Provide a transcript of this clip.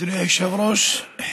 אדוני היושב-ראש,